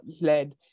led